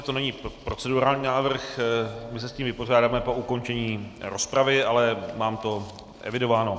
To není procedurální návrh, my se s tím vypořádáme po ukončení rozpravy, ale mám to evidováno.